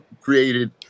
created